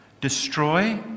destroy